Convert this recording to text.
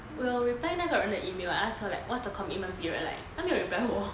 我有 reply 那个人的 email I ask her like what's the commitment period like 他没有 reply 我